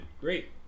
Great